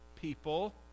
people